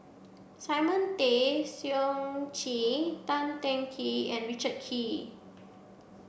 Simon Tay Seong Chee Tan Teng Kee and Richard Kee